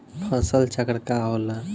फसल चक्र का होला?